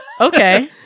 okay